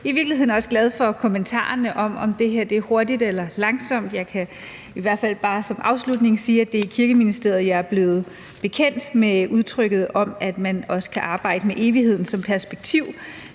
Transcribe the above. I virkeligheden er jeg også glad for kommentarerne om, om det her er hurtigt eller langsomt. Jeg kan i hvert fald bare som afslutning sige, at det er i Kirkeministeriet, at jeg er blevet bekendt med udtrykket om, at man også kan arbejde med evigheden som perspektiv.